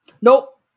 Nope